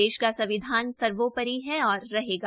देश का सविधान सर्वोपरि है और रहेगा